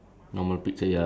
ya